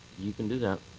you can do that.